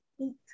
eat